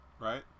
Right